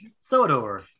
Sodor